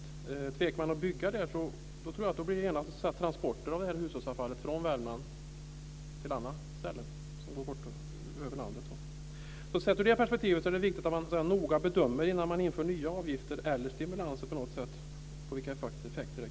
Om man tvekar att bygga den kommer det att bli transporter av detta hushållsavfall från Värmland till andra ställen ute i landet. Sett ur det perspektivet är det viktigt att noga bedömer vilka effekter det kan få innan man inför nya avgifter eller stimulanser.